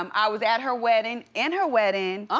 um i was at her wedding, in her wedding,